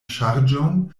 ŝarĝon